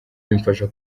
bimfasha